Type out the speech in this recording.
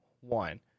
One